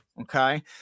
Okay